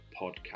podcast